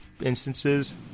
instances